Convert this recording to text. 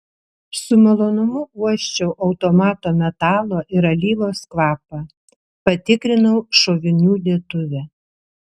su malonumu uosčiau automato metalo ir alyvos kvapą patikrinau šovinių dėtuvę